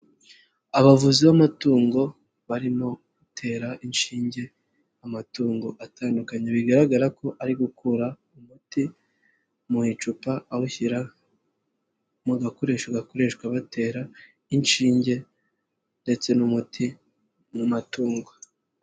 Abavuzi b'amatungo barimo gutera inshinge amatungo atandukanye, bigaragara ko ari gukura umuti mu icupa awushyira mu gakoresho gakoreshwa batera inshinge ndetse n'umuti mu matungo.